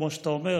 כמו שאתה אומר,